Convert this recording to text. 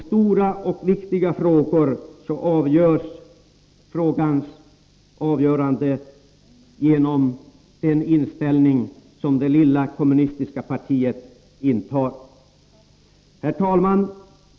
Stora och viktiga frågor avgörs genom den inställning som det lilla kommunistiska partiet intar. Herr talman!